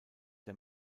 der